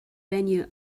venue